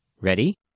Ready